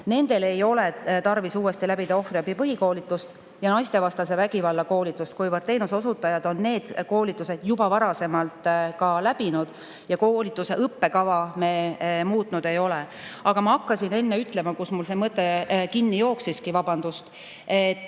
Nendel ei ole tarvis uuesti läbida ohvriabi põhikoolitust ja naistevastase vägivalla koolitust, kuivõrd teenuse osutajad on need koolitused juba varasemalt läbinud ja koolituse õppekava me muutnud ei ole. Aga ma hakkasin enne ütlema, kui mul see mõte kinni jooksis, vabandust, et